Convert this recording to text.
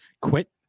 quit